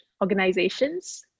organizations